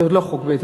זה עוד לא חוק בעצם,